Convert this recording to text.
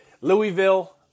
Louisville